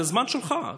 על הזמן שלך,